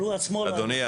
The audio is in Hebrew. אבל הוא עצמו --- אדוני,